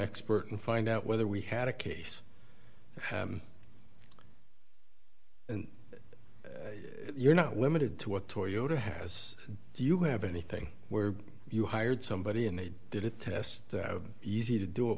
expert and find out whether we had a case and you're not limited to what toyota has do you have anything where you hired somebody and they did it test easy to do it